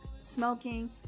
smoking